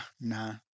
nah